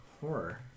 Horror